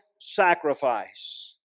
sacrifice